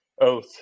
oath